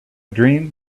dream